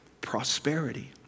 prosperity